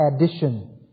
addition